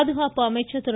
பாதுகாப்பு அமைச்சர் திரு